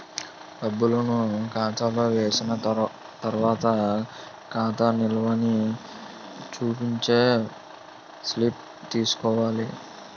డబ్బులను ఖాతాలో వేసిన తర్వాత ఖాతా నిల్వని చూపించే స్లిప్ తీసుకోవాలి